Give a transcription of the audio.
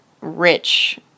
rich